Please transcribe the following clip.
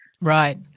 right